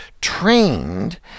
trained